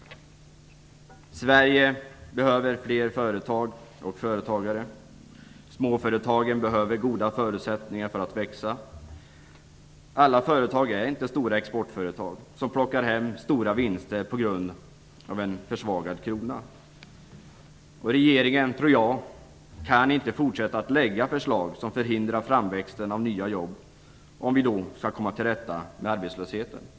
Sverige behöver fler företag och företagare. Småföretagen behöver goda förutsättningar för att växa. Alla företag är inte stora exportföretag som plockar hem stora vinster på grund av en försvagad krona. Regeringen, tror jag, kan inte fortsätta att lägga fram förslag som förhindrar framväxten av nya jobb om vi skall komma till rätta med arbetslösheten.